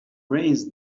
brains